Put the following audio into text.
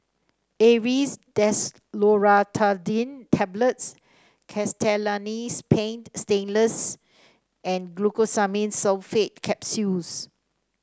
Aerius Desloratadine Tablets Castellani's Paint Stainless and Glucosamine Sulfate Capsules